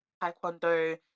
taekwondo